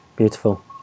beautiful